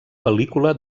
pel·lícula